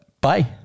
Bye